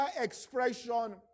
expression